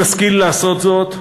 אם נשכיל לעשות זאת,